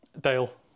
Dale